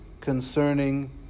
concerning